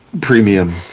premium